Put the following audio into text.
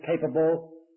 capable